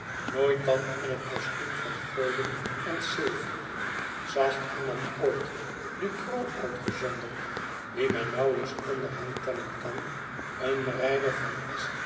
nooit dan in het costuum van goden en sylphen zag iemand ooit ducrow uitgezonderd wien men nauwelijks onder hen tellen kan een rijder van